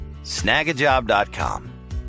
snagajob.com